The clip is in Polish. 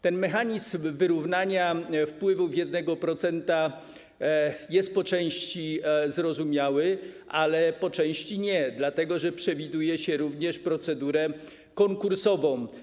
Ten mechanizm wyrównania wpływów z 1% jest po części zrozumiały, ale po części nie, dlatego że przewiduje się również procedurę konkursową.